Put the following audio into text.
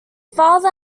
father